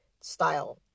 style